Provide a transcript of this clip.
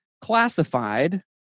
classified